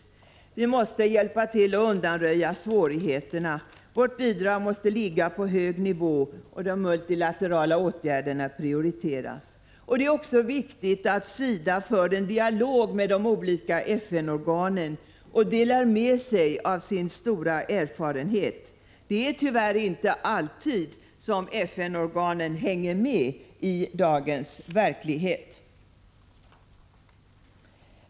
Vi måste hjälpa till att undanröja svårigheterna. Vårt bidrag måste ligga på hög nivå och de multilaterala åtgärderna prioriteras. Det är också viktigt att SIDA för en dialog med de olika FN-organen och delar med sig av sin stora erfarenhet. Det är tyvärr inte alltid som FN-organen hänger med i dagens verklighet.